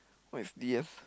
what is D_F